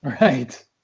Right